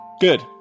Good